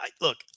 Look